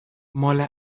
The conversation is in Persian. ماله